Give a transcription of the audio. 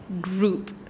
group